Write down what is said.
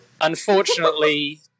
Unfortunately